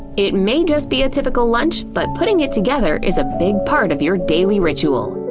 it may just be a typical lunch, but putting it together is a big part of your daily ritual.